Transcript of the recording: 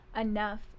enough